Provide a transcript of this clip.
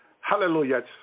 Hallelujah